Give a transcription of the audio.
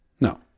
No